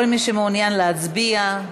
כל מי שמעוניין להצביע,